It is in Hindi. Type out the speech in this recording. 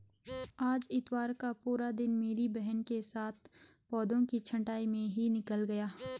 आज इतवार का पूरा दिन मेरी बहन के साथ पौधों की छंटाई में ही निकल गया